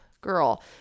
girl